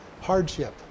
hardship